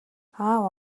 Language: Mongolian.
аав